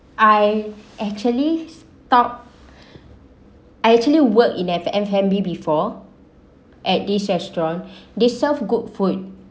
I actually talk I actually work in F&B before at this restaurant they serve good food